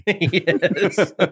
Yes